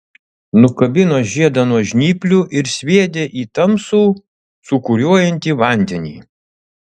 nukabino žiedą nuo žnyplių ir sviedė į tamsų sūkuriuojantį vandenį